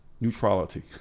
neutrality